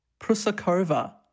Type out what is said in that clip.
Prusakova